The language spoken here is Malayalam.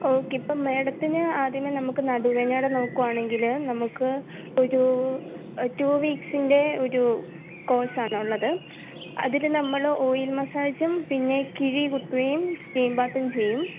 ഓക്കെ ഇപ്പം മാഡത്തിന് ആദ്യമേ നമുക്ക് നടുവേദനയുടെ നോക്കുവാണെങ്കിൽ നമുക്ക് ഒരൂ ടു വീക്സിൻ്റെ ഒരു കോഴ്സ് ആണുള്ളത് അതിൽ നമ്മൾ ഓയിൽ മസ്സാജും പിന്നെ കിഴി കുത്തുകയും സ്റ്റീം ബാത്തും ചെയ്യും